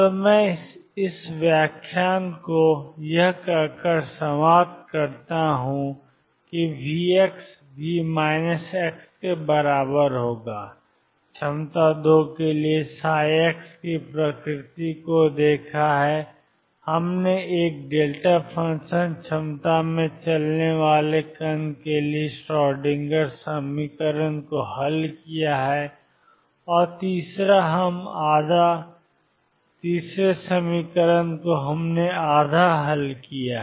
तो मैं इस व्याख्यान को यह कहकर समाप्त करता हूं कि हमने VxV क्षमता 2 के लिए ψ की प्रकृति को देखा है हमने एक फ़ंक्शन क्षमता में चलने वाले कण के लिए श्रोडिंगर समीकरण को हल किया है और तीसरा हम आधा हल किया है